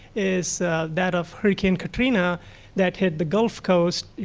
is that of hurricane katrina that hit the gulf coast.